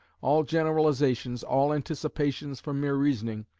all generalisations, all anticipations from mere reasoning,